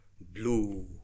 blue